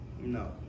No